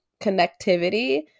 connectivity